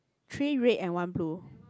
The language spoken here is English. three red and one blue